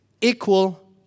equal